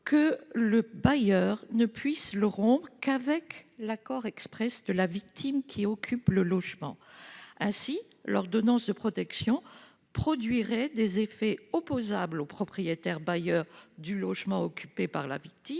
le bailleur ne pouvant rompre celui-ci qu'avec l'accord exprès de la victime qui occupe le logement. Ainsi, l'ordonnance de protection produirait des effets opposables au propriétaire bailleur du logement occupé par la victime